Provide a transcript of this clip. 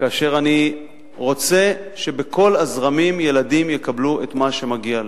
כאשר אני רוצה שבכל הזרמים ילדים יקבלו את מה שמגיע להם,